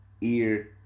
ear